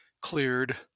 cleared